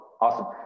Awesome